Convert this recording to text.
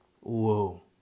whoa